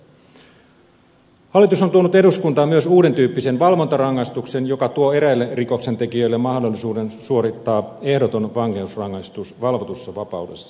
hallitus on tuonut eduskuntaan myös uuden tyyppisen valvontarangaistuksen joka tuo eräille rikoksentekijöille mahdollisuuden suorittaa ehdoton vankeusrangaistus valvotussa vapaudessa